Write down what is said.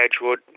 Edgewood